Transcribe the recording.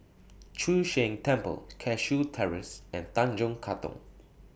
Chu Sheng Temple Cashew Terrace and Tanjong Katong